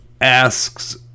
asks